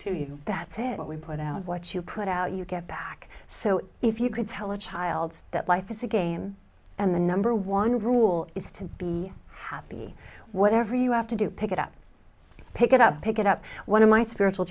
what we put out what you put out you get back so if you could tell a child that life is a game and the number one rule is to be happy whatever you have to do pick it up pick it up pick it up one of my spiritual